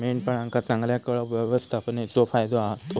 मेंढपाळांका चांगल्या कळप व्यवस्थापनेचो फायदो होता